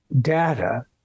data